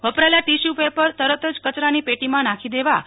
વપરાયેલા ટીશ્યુપેપર તરત જ કયરાની પેટીમાં નાંખી દેવા જોઇએ